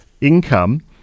income